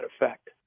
effect